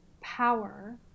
power